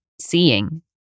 seeing